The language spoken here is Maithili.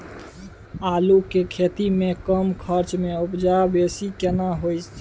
आलू के खेती में कम खर्च में उपजा बेसी केना होय है?